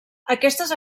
aquestes